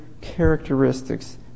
characteristics